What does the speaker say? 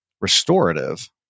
restorative